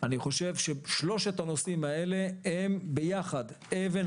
אני חושב ששלושת הנושאים האלה ביחד הם אבן